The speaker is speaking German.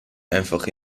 einfach